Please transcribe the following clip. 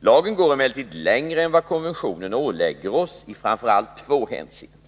Lagen går emellertid längre än vad konventionen ålägger oss i framför allt två hänseenden.